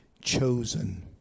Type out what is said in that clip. chosen